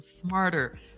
smarter